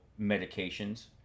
medications